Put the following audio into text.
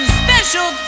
special